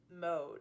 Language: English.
mode